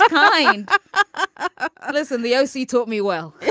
i ah was in the o c, taught me well